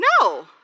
No